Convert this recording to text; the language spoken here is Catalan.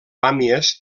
pàmies